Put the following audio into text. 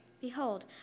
Behold